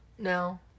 no